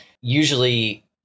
usually